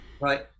right